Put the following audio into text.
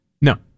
No